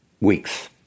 weeks